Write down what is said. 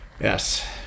Yes